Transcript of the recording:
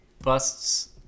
busts